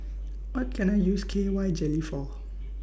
What Can I use K Y Jelly For